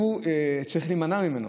וצריך להימנע ממנו.